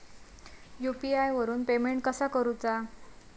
UPI वरून payment कसा करूचा?